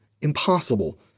impossible